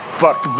fuck